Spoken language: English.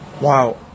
wow